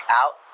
out